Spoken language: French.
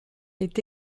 est